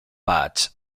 patch